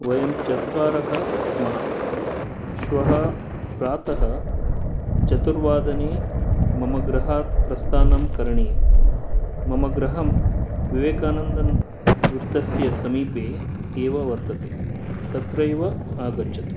वयं चत्वारः स्मः श्वः प्रातः चतुरवादने मम गृहात् प्रस्थानं करणीयम् मम गृहं विवेकानन्दन् वित्तस्य समीपे एव वर्तते तत्रैव आगच्छतु